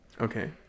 Okay